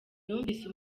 yumvise